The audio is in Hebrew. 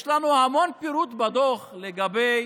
יש לנו המון פירוט בדוח לגבי